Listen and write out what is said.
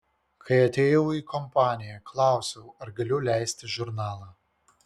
kai atėjau į kompaniją klausiau ar galiu leisti žurnalą